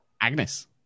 Agnes